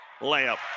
layup